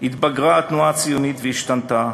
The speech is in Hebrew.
התבגרה התנועה הציונית והשתנתה,